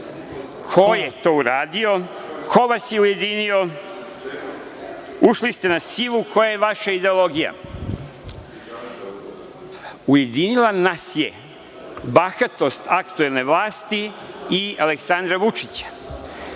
ko je to uradio, ko vas je ujedinio, ušli ste na silu, koja je vaša ideologija? Ujedinila nas je bahatost aktuelne vlasti i Aleksandra Vučića.